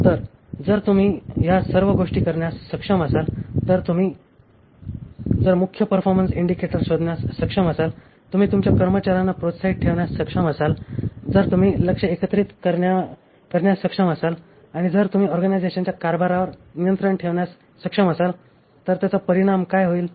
तर जर तुम्ही या सर्व गोष्टी करण्यास सक्षम असाल तरतुम्ही जर मुख्य परफॉर्मन्स इंडिकेटर शोधण्यात सक्षम असाल तुम्ही तुमच्या कर्मचार्यांना प्रोत्साहित ठेवण्यास सक्षम असाल जर तुम्ही लक्ष्य एकत्रित करण्यास सक्षम असाल आणि जर तुम्ही ऑर्गनायझेशनच्या कारभारावर नियंत्रण ठेवण्यास सक्षम असाल तर त्याचा परिणाम काय होईल